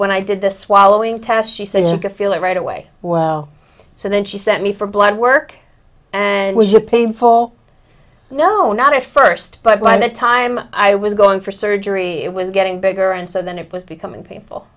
when i did the swallowing test she said you could feel it right away well so then she sent me for blood work and was it painful no not at first but by the time i was going for surgery it was getting bigger and so then it was becoming painful